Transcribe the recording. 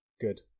good